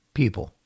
people